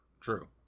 True